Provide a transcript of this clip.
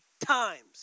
times